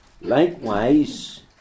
likewise